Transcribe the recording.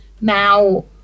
Now